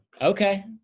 Okay